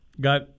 got –